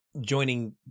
joining